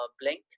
Blink